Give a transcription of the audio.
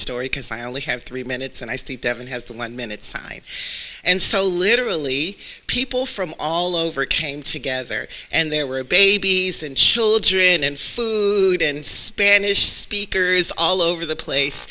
story because i only have three minutes and i think evan has the one minute sign and so literally people from all over came together and there were babies and children and food and spanish speakers all over the place